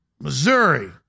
Missouri